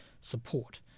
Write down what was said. support